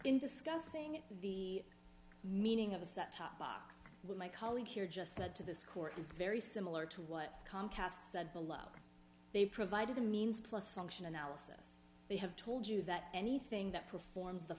in discussing the meaning of a set top box with my colleague here just said to this court is very similar to what comcast said below they provided the means plus function analysis they have told you that anything that performs the